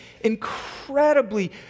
incredibly